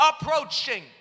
approaching